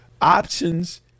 options